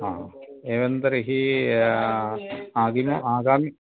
एवं तर्हि आगाममि आगामि